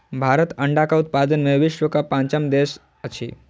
भारत अंडाक उत्पादन मे विश्वक पाँचम देश अछि